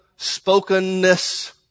spokenness